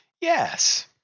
Yes